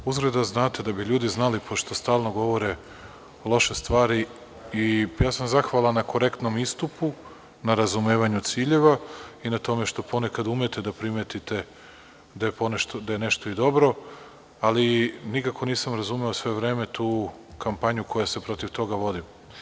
Uzgred da znate da bi ljudi znali, pošto stalno govore loše stvari, ja sam vam zahvalan na korektnom istupu, na razumevanju ciljeva i na tome što ponekad umete da primetite da je nešto i dobro, ali nikako nisam razumeo sve vreme tu kampanju koja se protiv toga vodi.